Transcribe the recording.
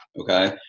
Okay